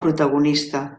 protagonista